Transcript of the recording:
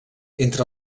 entre